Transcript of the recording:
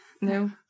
No